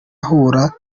ahura